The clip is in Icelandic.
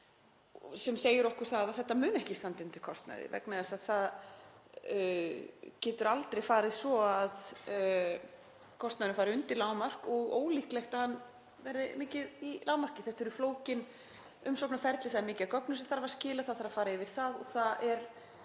sem segir okkur að þetta mun ekki standa undir kostnaði vegna þess að það getur aldrei farið svo að kostnaðurinn fari undir lágmark og ólíklegt að hann verði mikið í lágmarki. Þetta eru flókin umsóknarferli, það er mikið af gögnum sem þarf að skila. Það þarf að fara yfir þau og það er,